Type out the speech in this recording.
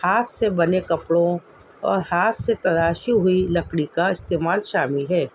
ہاتھ سے بنے کپڑوں اور ہاتھ سے تراشی ہوئی لکڑی کا استعمال شامل ہے